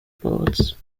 boards